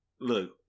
Look